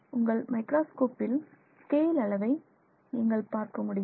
உங்கள் மைக்ராஸ்கோப்பில் ஸ்கேல் அளவை நீங்கள் பார்க்க முடியும்